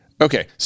Okay